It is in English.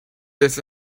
this